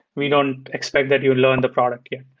we don't expect that you'll learn the product yet.